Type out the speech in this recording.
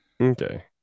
Okay